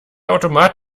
automat